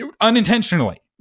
unintentionally